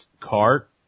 cart